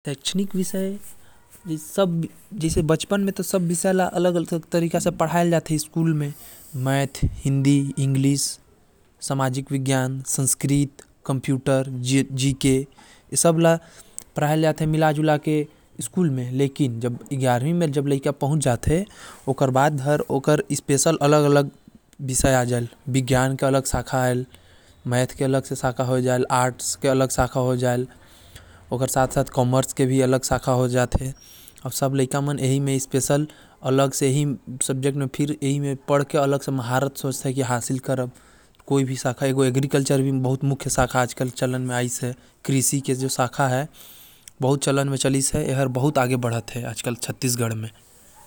भारत में शिक्षा प्राप्त करें बर कि विषय होथे जैसे आर्ट, कॉमर्स, जीव विज्ञान, विज्ञान, रसायन, गणित, भूगोल, अउ एग्रीकल्चर माने कृषि प्रायमरी अउ माध्यमिक में सभी विषयों को सयुंक्त रूप ले पढ़े के पढ़ेल फिर ग्यारवी ले कोई एक विषय पढ़े के रहेल अपन मर्जी कर आज कल कृषि बहुत चलत है छत्तीसगढ़ में देख ला।